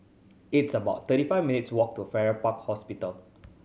it's about thirty five minutes' walk to Farrer Park Hospital